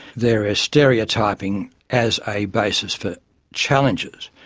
there is stereotyping as a basis for challenges.